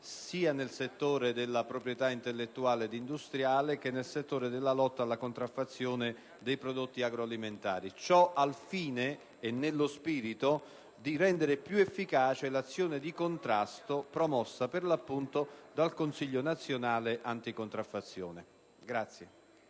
sia nel settore della proprietà intellettuale ed industriale che nel settore della lotta alla contraffazione dei prodotti agroalimentari. Ciò al fine di rendere più efficace l'azione di contrasto promossa, per l'appunto, dal Consiglio nazionale anticontraffazione.